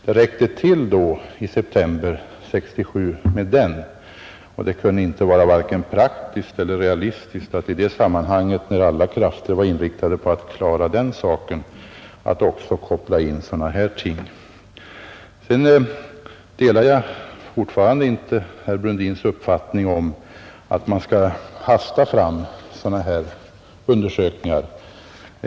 Det räckte till med den i september 1967, och det kunde inte vara vare sig praktiskt eller realistiskt att i det läget, när alla krafter var inriktade på att klara den saken, också koppla in sådana här ting. Fortfarande delar jag inte herr Brundins uppfattning att man skall hasta fram sådana här undersökningar.